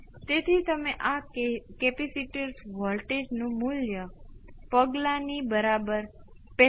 તેથી સ્પષ્ટ રીતે આ તેના આ x તરીકે માન્ય નથી જ્યારે s એ 1 બાય SCR જેટલૂ છે તેનો અર્થ શું છે શરતો શું છે SCR 1 એ 0 બરાબર છે